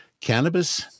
cannabis